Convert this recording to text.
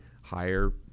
higher